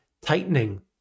tightening